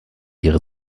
ihre